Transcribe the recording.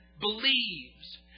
believes